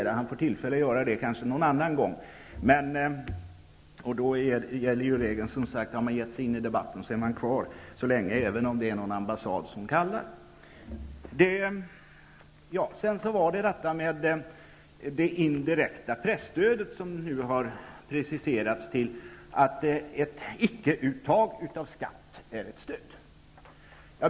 Han kanske får tillfälle att göra det någon annan gång, och då gäller regeln att om man har gett sig in i debatten så är man kvar, även om det är någon ambassad som kallar. Jag vill ta upp det indirekta presstödet, som nu har preciserats till att ett icke-uttag av skatt är ett stöd.